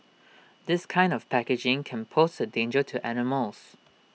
this kind of packaging can pose A danger to animals